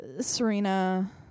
Serena